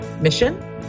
mission